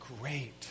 great